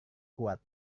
kuat